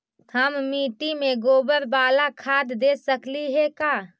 हम मिट्टी में गोबर बाला खाद दे सकली हे का?